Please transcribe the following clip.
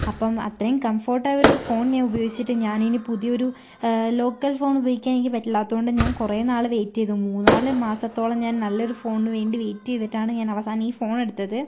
അപ്പോൾ അത്രയും കംഫോർട്ടായൊരു ഫോൺ ഞാൻ ഉപയോഗിച്ചിട്ട് ഞാനിനി പുതിയൊരു ലോക്കൽ ഫോൺ ഉപയോഗിക്കാൻ എനിക്ക് പറ്റില്ലാത്തത് കൊണ്ട് ഞാൻ കുറേ നാൾ വെയിറ്റ് ചെയ്തു മൂന്നാല് മാസത്തോളം ഞാൻ നല്ലൊരു ഫോണിന് വേണ്ടീട്ട് വെയ്റ്റ് ചെയ്തിട്ടാണ് ഞാൻ അവസാനം ഈ ഫോൺ എടുത്തത്